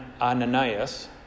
Ananias